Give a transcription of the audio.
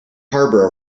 harbor